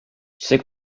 sais